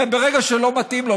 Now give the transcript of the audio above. ברגע שלא מתאים לו,